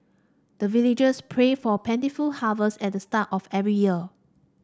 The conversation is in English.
the villagers pray for plentiful harvest at the start of every year